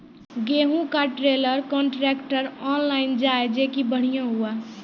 गेहूँ का trailer contractor online जाए जैकी बढ़िया हुआ